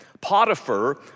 Potiphar